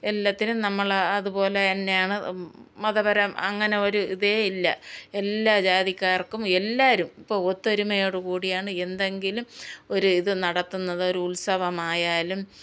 എല്ലാത്തിനും നമ്മൾ അതുപോലെ തന്നെയാണ് മതപരം അങ്ങനെ ഒരു ഇതേയില്ല എല്ലാ ജാതിക്കാർക്കും എല്ലാവരും ഇപ്പോൾ ഒത്തൊരുമയോടു കൂടിയാണ് എന്തെങ്കിലും ഒരിത് നടത്തുന്നത് ഒരുത്സവമായാലും